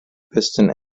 piston